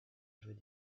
jouer